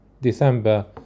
December